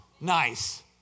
Nice